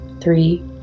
Three